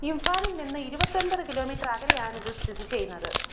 ഇൻഫാലിൽനിന്ന് ഇരുപത്തൊമ്പത് കിലോമീറ്റർ അകലെയാണ് ഇത് സ്ഥിതിചെയ്യുന്നത്